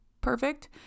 perfect